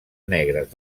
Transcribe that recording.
negres